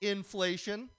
Inflation